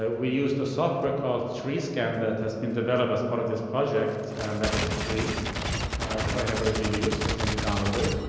ah we used a software called treescan that has been developed as part of this project that is free for anybody to use. it can be downloaded,